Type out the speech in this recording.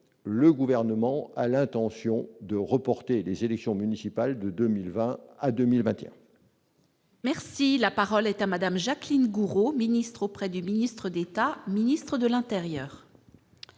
le gouvernement a l'intention de reporter les élections municipales de 2020 à 2021. Merci, la parole est à Madame Jacqueline Gourault, ministre auprès du ministre d'État, ministre de l'Intérieur.